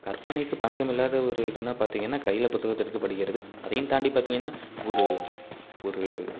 கற்பனைக்கு பஞ்சமில்லாத ஒரு இதுன்னால் பார்த்தீங்கன்னா கையில் புத்தகத்தை எடுத்து படிக்கிறது அதையும் தாண்டி பார்த்தீங்கன்னா ஒரு ஒரு